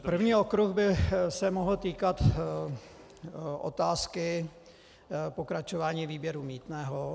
První okruh by se mohl týkat otázky pokračování výběru mýtného.